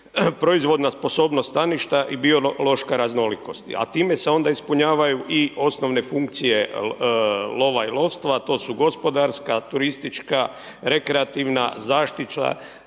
proizvoda sposobnost staništa i biološka raznolikost, a time se onda ispunjavaju i osnovne funkcije lova i lovstva, to su gospodarska, turistička, rekreativna zaštita